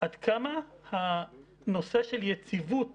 עד כמה הנושא של יציבות